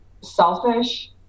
selfish